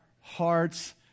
hearts